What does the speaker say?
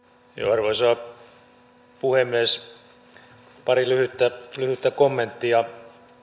arvoisa puhemies pari lyhyttä kommenttia